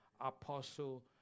apostle